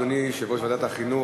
אדוני יושב-ראש ועדת החינוך,